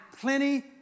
plenty